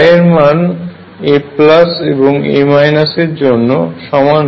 এর মান a এবং a এর জন্য সমান হয়